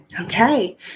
Okay